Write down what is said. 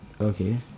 Okay